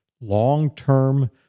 long-term